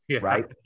right